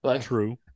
true